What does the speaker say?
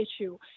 issue